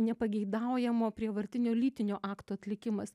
nepageidaujamo prievartinio lytinio akto atlikimas